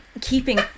keeping